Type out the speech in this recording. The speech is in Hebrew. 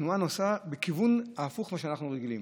התנועה נוסעת בכיוון ההפוך למה שאנחנו רגילים.